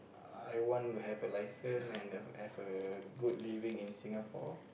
I want to have a licence and have a good living in Singapore